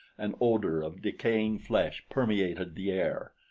an odor of decaying flesh permeated the air.